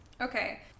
Okay